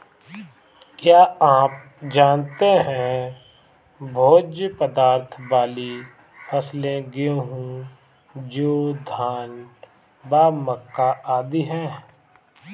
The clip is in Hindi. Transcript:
क्या आप जानते है भोज्य पदार्थ वाली फसलें गेहूँ, जौ, धान व मक्का आदि है?